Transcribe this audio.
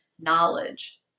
knowledge